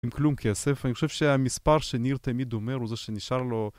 עם כלום כי הספר, אני חושב שהמספר שניר תמיד אומר הוא זה שנשאר לו